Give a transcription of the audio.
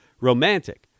Romantic